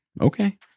okay